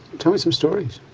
tell me some stories.